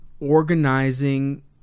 Organizing